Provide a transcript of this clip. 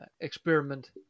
experiment